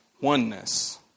oneness